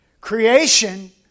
creation